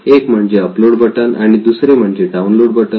एक म्हणजे upload button आणि दुसरे म्हणजे डाउनलोड बटन